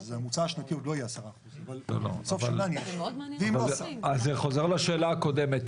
אז הממוצע השנתי עוד לא יהיה 10%. זה חוזר לשאלה הקודמת,